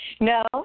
No